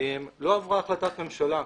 לא עברה החלטת ממשלה,